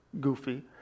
goofy